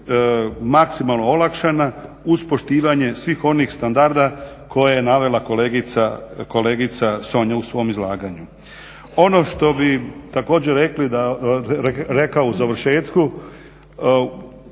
maksimalno olakšana uz poštivanje svih onih standarda koje je navela kolegica Sonja u svom izlaganju. Ono što bi također rekli da, rekao